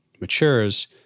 matures